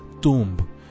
tomb